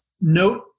Note